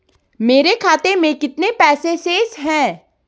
मेरे खाते में कितने पैसे शेष हैं?